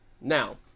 Now